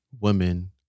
women